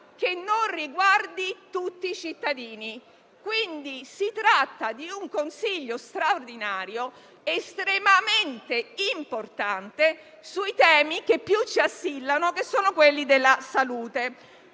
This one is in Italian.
che non riguardi tutti i cittadini. Quindi, si tratta di un Consiglio straordinario, estremamente importante, sui temi che più ci assillano, quelli della salute.